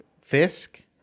Fisk